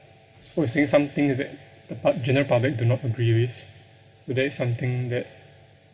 for saying some things that the pub~ general public do not agree with so that is something that